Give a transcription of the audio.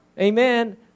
Amen